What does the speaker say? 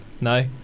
No